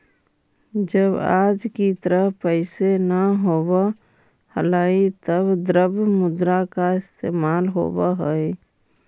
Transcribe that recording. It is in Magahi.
जब आज की तरह पैसे न होवअ हलइ तब द्रव्य मुद्रा का इस्तेमाल होवअ हई